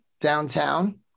downtown